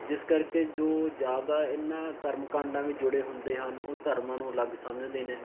ਜਿਸ ਕਰਕੇ ਜੋ ਜ਼ਿਆਦਾ ਇਨ੍ਹਾਂ ਕਰਮਕਾਂਡਾਂ ਵਿੱਚ ਜੁੜੇ ਹੁੰਦੇ ਹਨ ਉਹ ਧਰਮਾਂ ਨੂੰ ਅਲੱਗ ਸਮਝਦੇ ਨੇ